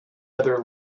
other